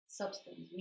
substance